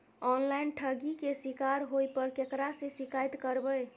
Online ठगी के शिकार होय पर केकरा से शिकायत करबै?